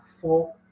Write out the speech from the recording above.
four